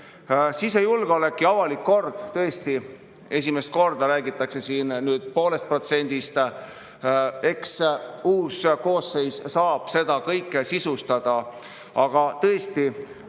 Sisejulgeolek ja avalik kord – tõesti, esimest korda räägitakse siin poolest protsendist. Eks uus koosseis saab seda kõike sisustada. Aga tõesti,